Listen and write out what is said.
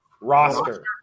roster